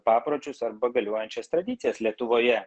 papročius arba galiojančias tradicijas lietuvoje